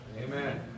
Amen